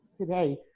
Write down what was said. Today